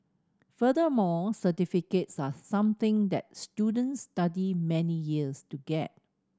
furthermore certificates are something that students study many years to get